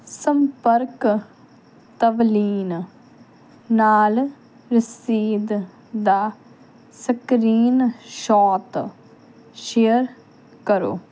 ਸੰਪਰਕ ਤਵਲੀਨ ਨਾਲ ਰਸੀਦ ਦਾ ਸਕ੍ਰੀਨਸ਼ੋਤ ਸ਼ੇਅਰ ਕਰੋ